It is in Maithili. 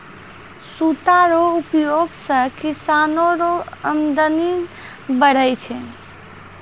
सूता रो प्रयोग से किसानो रो अमदनी बढ़ै छै